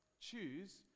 choose